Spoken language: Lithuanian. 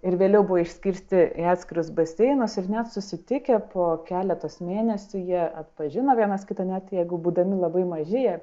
ir vėliau buvo išskirstyti į atskirus baseinus ir net susitikę po keletos mėnesių jie atpažino vienas kitą net jeigu būdami labai maži jie